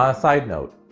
ah side note,